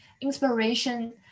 inspiration